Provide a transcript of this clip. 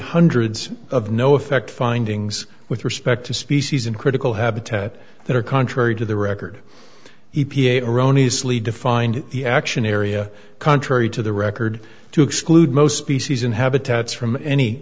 hundreds of no effect findings with respect to species in critical habitat that are contrary to the record e p a erroneous lead to find the action area contrary to the record to exclude most species and habitats from any